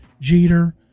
Jeter